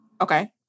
Okay